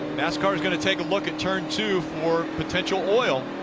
nascar is going to take a look at turn two for potential oil.